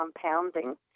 compounding